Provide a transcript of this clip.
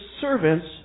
servants